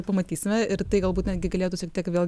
ir pamatysime ir tai galbūt netgi galėtų šiek tiek vėl